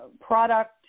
product